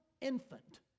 infant